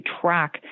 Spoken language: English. track